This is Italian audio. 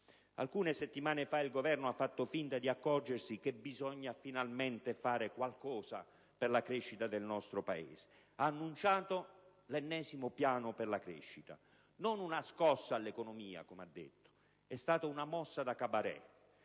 Alcune settimane fa il Governo ha fatto finta di accorgersi che bisogna finalmente fare qualcosa per la crescita del nostro Paese. Ha annunciato l'ennesimo piano per la crescita, non una scossa all'economia, come ha detto. È stata una mossa da *cabaret.*